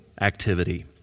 activity